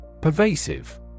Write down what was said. Pervasive